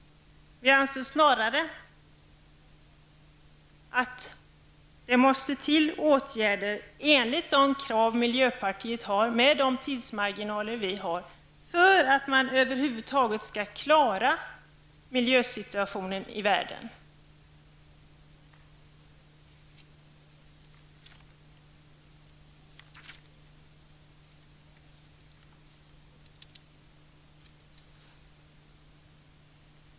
Vi anser snarare att det måste vidtas åtgärder i enlighet med de krav som miljöpartiet ställer och med de tidsmarginaler som vi anger, för att man över huvud tagets skall klara av miljösituationen i världen.